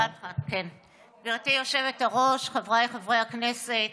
גברתי היושבת-ראש, חבריי חברי הכנסת,